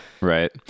Right